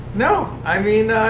no. i mean,